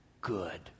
good